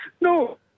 No